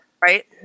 right